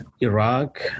Iraq